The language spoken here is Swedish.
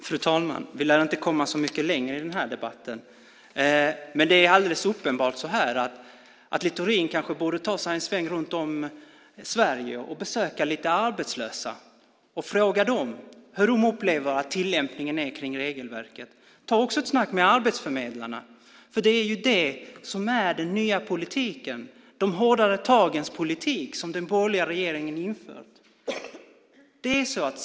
Fru talman! Vi lär inte komma så mycket längre i den här debatten. Det är uppenbart att Littorin borde ta sig en sväng runt Sverige och besöka lite arbetslösa och fråga dem hur de upplever att tillämpningen av regelverket fungerar. Ta också ett snack med arbetsförmedlarna. Det är ju detta som är den nya politiken, de hårdare tagens politik, som den borgerliga regeringen har infört.